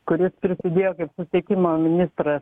kuris prisidėjo kaip susisiekimo ministras